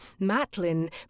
Matlin